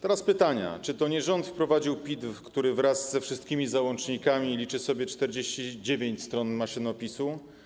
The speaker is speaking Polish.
Teraz pytania: Czy to nie rząd wprowadził PIT, który wraz ze wszystkimi załącznikami liczy sobie 49 stron maszynopisu?